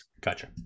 Gotcha